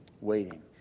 waiting